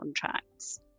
contracts